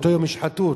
באותו יום ישחטו אותה.